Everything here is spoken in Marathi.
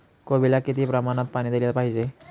कोबीला किती प्रमाणात पाणी दिले पाहिजे?